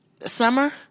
Summer